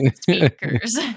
speakers